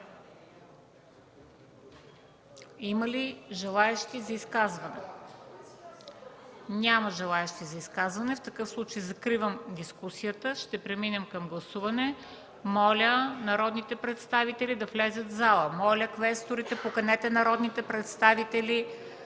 Има ли желаещи за изказване? Няма желаещи за изказване. Закривам дискусията, ще преминем към гласуване. Моля народните представители да влязат в залата. Моля, квесторите, поканете народните представители